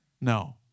no